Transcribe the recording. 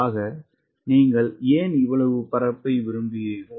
ஆக நீங்கள் ஏன் இவ்வளவு பரப்பை விரும்புகிறீர்கள்